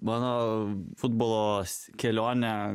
mano futbolo s kelionė